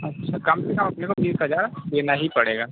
अच्छा कम से कम अपने को तीस हज़ार देना ही पड़ेगा